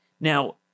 Now